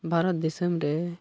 ᱵᱷᱟᱨᱚᱛ ᱫᱤᱥᱚᱢ ᱨᱮ